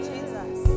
Jesus